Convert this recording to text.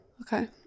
Okay